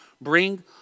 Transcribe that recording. Bring